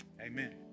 Amen